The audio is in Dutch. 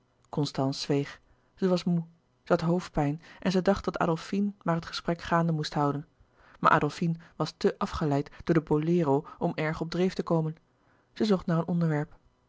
constance zweeg zij was moê zij had hoofdpijn en zij dacht dat adolfine maar het gesprek gaande moest houden maar adolfine was te afgeleid door den bolero om erg op dreef te komen zij zocht naar een onderwerp